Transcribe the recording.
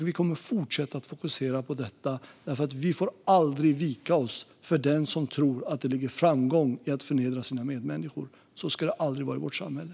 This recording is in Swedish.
Vi kommer att fortsätta att fokusera på detta, för vi får aldrig vika oss för den som tror att det ligger framgång i att förnedra sina medmänniskor. Så ska det aldrig vara i vårt samhälle.